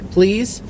Please